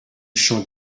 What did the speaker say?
champ